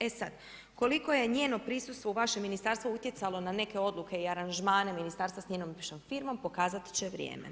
E sad, koliko je njeno prisustvo u vašem ministarstvu utjecalo na neke odluke i aranžmane ministarstva s njenom bivšom firmom, pokazat će vrijeme.